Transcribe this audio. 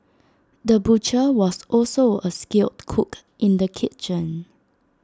the butcher was also A skilled cook in the kitchen